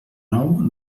nou